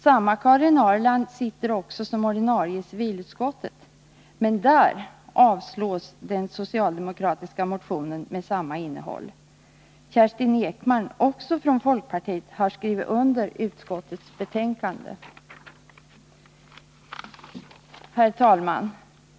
Samma Karin Ahrland sitter också som ordinarie i civilutskottet, men där avstyrks den socialdemokratiska motionen med samma innehåll. Även Kerstin Ekman, också hon från folkpartiet, har skrivit under utskottets förslag. Herr talman!